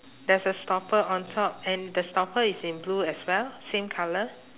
there's a stopper on top and the stopper is in blue as well same colour